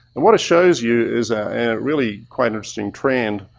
and what it shows you is a really quite interesting trend.